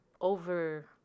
over